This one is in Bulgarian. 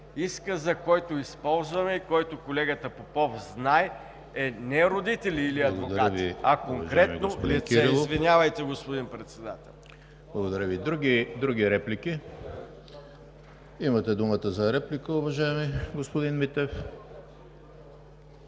Изказът, който използваме и който колегата Попов знае, е не родители или адвокати, а конкретно лице. ПРЕДСЕДАТЕЛ ЕМИЛ ХРИСТОВ: Благодаря Ви. Други реплики? Имате думата за реплика, уважаеми господин Митев.